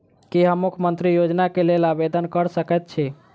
की हम मुख्यमंत्री योजना केँ लेल आवेदन कऽ सकैत छी?